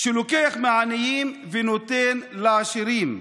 לוקח מהעניים ונותן לעשירים.